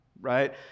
right